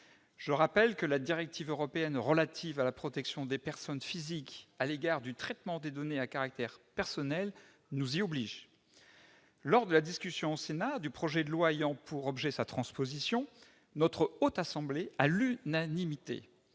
Je rappelle que la directive européenne relative à la protection des personnes physiques à l'égard du traitement des données à caractère personnel nous y oblige. Lors de la discussion au Sénat du projet de loi ayant pour objet sa transposition, la Haute Assemblée, à l'unanimité,